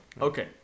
Okay